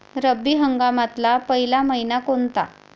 रब्बी हंगामातला पयला मइना कोनता?